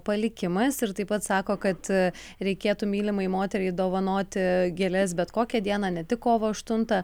palikimas ir taip pat sako kad reikėtų mylimai moteriai dovanoti gėles bet kokią dieną ne tik kovo aštuntą